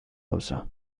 gauza